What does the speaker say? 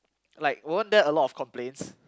like weren't there a lot of complains